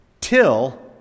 till